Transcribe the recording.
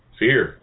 fear